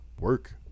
work